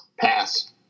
Pass